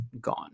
gone